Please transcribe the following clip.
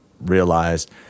realized